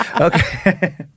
Okay